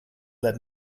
let